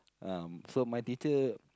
um so my teacher